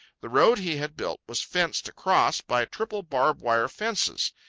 the road he had built was fenced across by triple barb-wire fences.